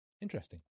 Interesting